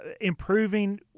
improving